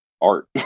art